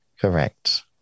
Correct